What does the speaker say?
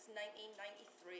1993